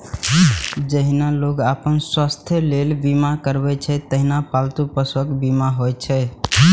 जहिना लोग अपन स्वास्थ्यक लेल बीमा करबै छै, तहिना पालतू पशुक बीमा होइ छै